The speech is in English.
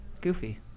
goofy